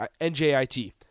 NJIT